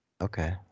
Okay